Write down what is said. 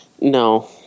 No